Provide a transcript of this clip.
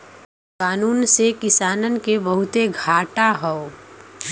कानून से किसानन के बहुते घाटा हौ